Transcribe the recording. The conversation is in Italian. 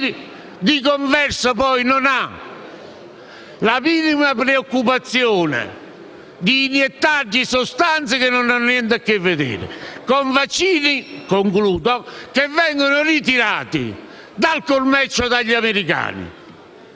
tale Stato non ha la minima preoccupazione ad iniettare sostanze che non hanno niente a che vedere, con vaccini che vengono ritirati dal commercio dagli americani.